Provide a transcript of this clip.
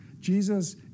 Jesus